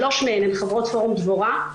שלוש מהן הן חברות פורום דבורה.